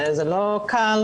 שזה לא קל.